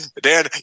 Dan